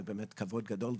זה באמת כבוד גדול,